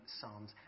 psalms